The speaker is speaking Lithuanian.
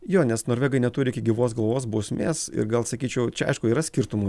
jo nes norvegai neturi iki gyvos galvos bausmės ir gal sakyčiau čia aišku yra skirtumų